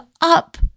up